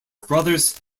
brothers